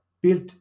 built